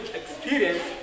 experience